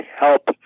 help